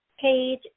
page